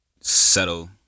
settle